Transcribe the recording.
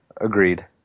agreed